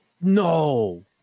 No